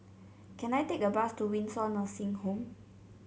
can I take a bus to Windsor Nursing Home